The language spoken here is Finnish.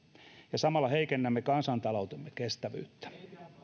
ja samalla heikennämme kansantaloutemme kestävyyttä